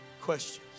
questions